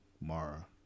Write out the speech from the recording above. Mara